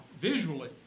visually